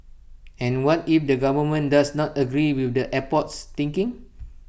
and what if the government does not agree with the airport's thinking